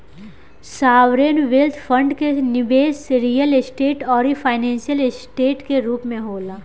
sovereign wealth fund के निबेस real estate आउरी फाइनेंशियल ऐसेट के रूप में होला